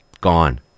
gone